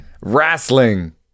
Wrestling